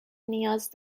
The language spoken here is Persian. نیاز